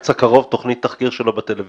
בקיץ הקרוב תהיה תוכנית תחקיר שלו בטלוויזיה.